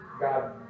God